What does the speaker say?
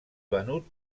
venut